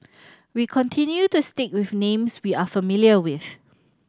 we continue to stick with names we are familiar with